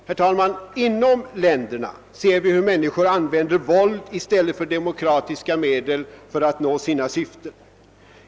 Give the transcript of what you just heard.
Herr talman! Inom länderna ser vi hur människor använder våld i stället för demokratiska medel för att nå sina syften.